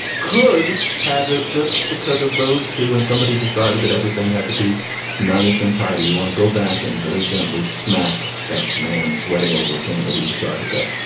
could. has it just because of those two. when somebody decided that everything had to be nice and tidy. you want to go back and very gently smack that man sweating over a candle. who decided that.